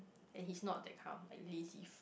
and he is not that kind of like lazy